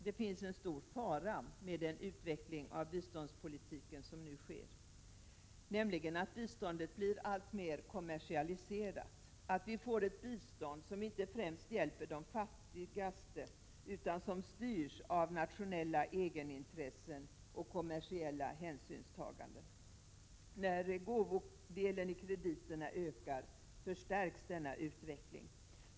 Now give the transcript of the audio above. Det finns en stor fara med den utveckling av biståndspolitiken som nu sker, nämligen att biståndet blir alltmer kommersialiserat, att vi får ett bistånd som inte främst hjälper de fattigaste, utan styrs av nationella egenintressen och kommersiella hänsynstaganden. När gåvodelen i krediterna ökar förstärks denna utveckling.